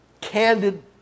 candid